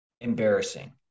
Embarrassing